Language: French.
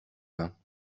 bains